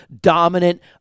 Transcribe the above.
dominant